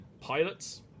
pilots